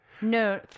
no